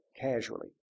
casually